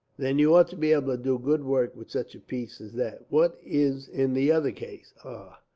then you ought to be able to do good work, with such a piece as that. what is in the other case? ah!